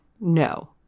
No